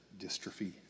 dystrophy